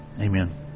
Amen